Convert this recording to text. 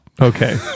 Okay